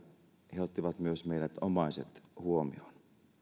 he he ottivat myös meidät omaiset huomioon